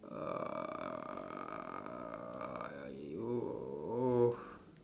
uh !aiyo!